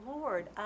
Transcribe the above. Lord